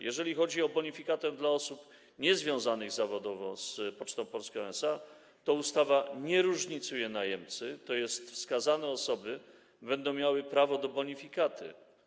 Jeżeli chodzi o bonifikatę dla osób niezwiązanych zawodowo z Pocztą Polską SA, to ustawa nie różnicuje najemcy, czyli wskazane osoby będą miały prawo do bonifikaty.